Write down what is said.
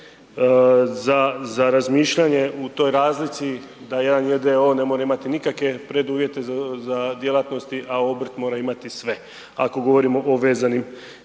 za razmišljanje u toj razlici, da jedan j.d.o.o. ne mora imati nikakve preduvjete za djelatnosti, a obrt mora imati sve. Ako govorimo o vezanim